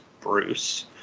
Bruce